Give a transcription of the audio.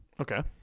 Okay